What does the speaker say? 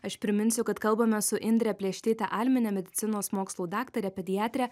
aš priminsiu kad kalbame su indre plėštyte almine medicinos mokslų daktare pediatre